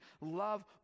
love